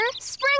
Spring